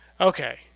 okay